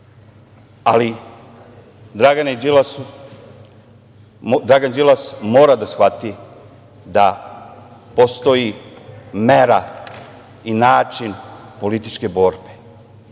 stranku. Dragan Đilas mora da shvati da postoji mera i način političke borbe.